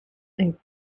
and